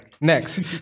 next